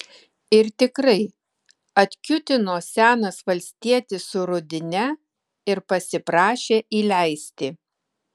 ir tikrai atkiūtino senas valstietis su rudine ir pasiprašė įleisti